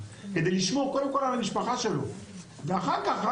כדי לשמור קודם כל על המשפחה שלו ואחר כך רק